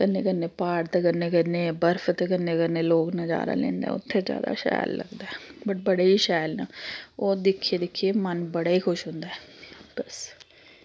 कन्नै कन्नै प्हाड़ ते कन्नै कन्नै बर्फ ते कन्नै कन्नै लोग नजारा लैंदे उत्थै जैदा शैल लगदा ऐ बट बड़े गै शैल न ओह् दिक्खी दिक्खियै मन बड़ा गै खुश होंदा ऐ बस